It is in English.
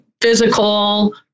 physical